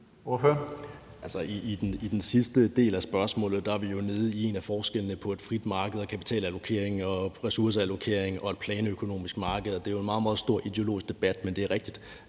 I den sidste del af spørgsmålet er vi jo nede i en af forskellene på et frit marked med kapitalallokering og ressourceallokering og så et planøkonomisk system. Det er jo en meget, meget stor ideologisk debat, men det er rigtigt,